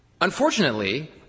Unfortunately